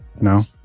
No